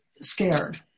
scared